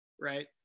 Right